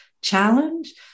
challenge